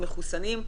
מחוסנים,